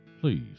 Please